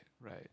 right